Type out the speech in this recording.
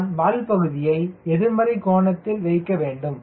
நான் வால் பகுதியை எதிர்மறை கோணத்தில் வைக்க வேண்டும்